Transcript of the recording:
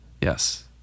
yes